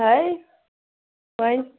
ہَے وۅنۍ